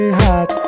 hot